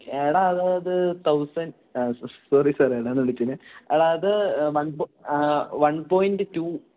എടാ അത് thousand sorry sir എടായെന്ന് വിളിച്ചതിന് അത് വൺ പോയിൻ്റ് റ്റൂ